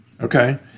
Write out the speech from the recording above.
Okay